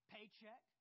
paycheck